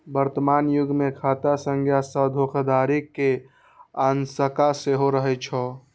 वर्तमान युग मे खाता संख्या सं धोखाधड़ी के आशंका सेहो रहै छै